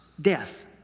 death